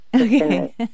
Okay